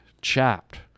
chapped